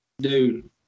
Dude